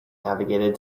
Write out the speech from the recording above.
navigated